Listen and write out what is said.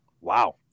Wow